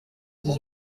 dix